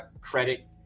credit